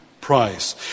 price